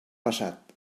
passat